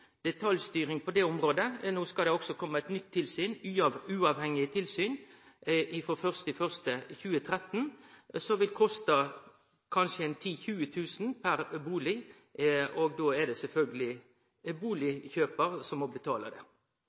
detaljstyring på det området. No skal det kome eit nytt uavhengig tilsyn frå 1. januar 2013 som vil koste kanskje 10 000–20 000 per bustad, og då er det sjølvsagt bustadkjøpar som må betale det.